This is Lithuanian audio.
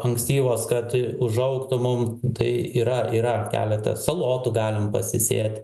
ankstyvos kad užaugtų mum tai yra yra keletas salotų galim pasisėt